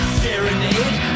serenade